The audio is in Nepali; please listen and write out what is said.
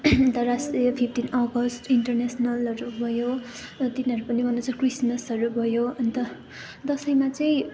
अन्तर्राष्ट्रिय फिफ्टिन्थ अगस्त इन्टरनेसनलहरू भयो र तिनीहरू पनि मनाउँछ क्रिसमसहरू भयो दसैँमा चाहिँ